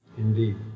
Indeed